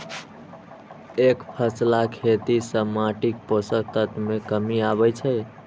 एकफसला खेती सं माटिक पोषक तत्व मे कमी आबै छै